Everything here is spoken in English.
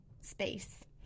space